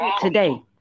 today